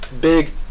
Big